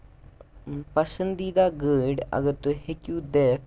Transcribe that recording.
پَسنٛدیٖدہ گٲڑۍ اگر تُہۍ ہیٚکِو دِتھ